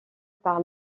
par